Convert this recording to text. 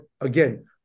again